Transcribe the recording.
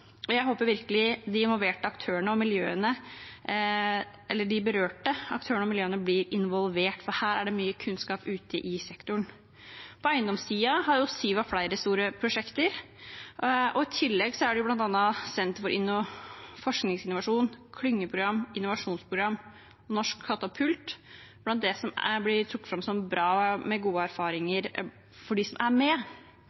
og jeg håper virkelig de berørte aktørene og miljøene blir involvert, for her er det mye kunnskap ute i sektoren. På eiendomssiden har Siva flere store prosjekter, og i tillegg er Senter for innovasjonsforskning, klyngeprogrammer, innovasjonsprogrammer og Norsk katapult blant dem som blir trukket fram som bra, og som de som er med, har gode